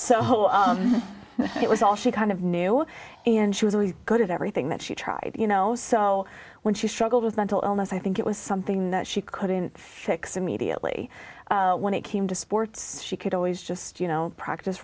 so it was all she kind of knew and she was always good at everything that she tried you know so when she struggled with mental illness i think it was something that she couldn't fix immediately when it came to sports she could always just you know practice